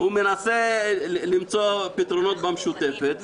הוא מנסה למצוא פתרונות במשותפת.